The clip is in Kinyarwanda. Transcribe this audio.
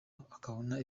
akabona